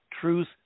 truth